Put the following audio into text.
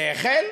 זה החל,